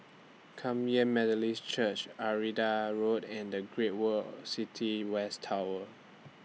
Kum Yan Methodist Church Arcadia Road and The Great World City West Tower